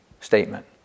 statement